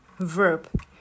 verb